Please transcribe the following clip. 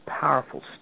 powerful